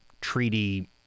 treaty